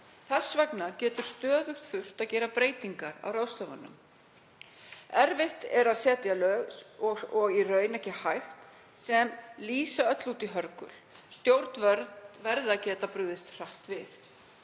Þess vegna getur stöðugt þurft að gera breytingar á ráðstöfunum. Erfitt er að setja lög, og í raun ekki hægt, sem lýsa öllu út í hörgul. Stjórnvöld verða að geta brugðist hratt við.